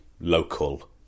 local